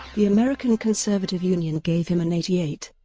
the american conservative union gave him an eighty eight.